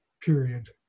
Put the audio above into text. period